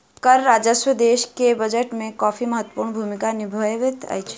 कर राजस्व देश के बजट में काफी महत्वपूर्ण भूमिका निभबैत अछि